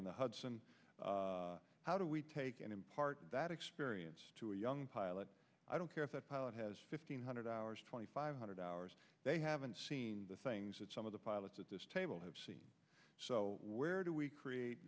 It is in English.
in the hudson how do we take and impart that experience to a young pilot i don't care if that pilot has fifteen hundred hours twenty five hundred hours they haven't seen the things that some of the pilots at this table have where do we create